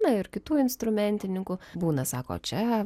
na ir kitų instrumentininkų būna sako čia